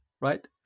right